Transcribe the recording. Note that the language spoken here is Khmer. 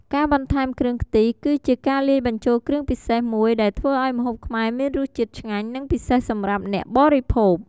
ការបន្ថែមគ្រឿងខ្ទិះ គឺជាការលាយបញ្ចូលគ្រឿងពិសេសមួយដែលធ្វើឱ្យម្ហូបខ្មែរមានរសជាតិឆ្ងាញ់ និងពិសេសសម្រាប់អ្នកបរិភោគ។